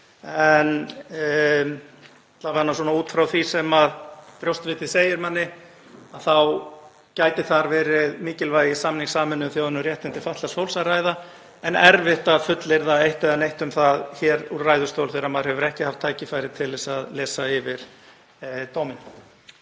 En alla vega út frá því sem brjóstvitið segir manni þá gæti þar verið um mikilvægi samnings Sameinuðu þjóðanna um réttindi fatlaðs fólks að ræða en það er erfitt að fullyrða eitt eða neitt um það hér úr ræðustól þegar maður hefur ekki haft tækifæri til að lesa yfir dóminn.